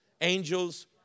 angels